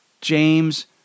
James